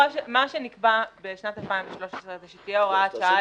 מה שנקבע בשנת 2013 זה שתהיה הוראת שעה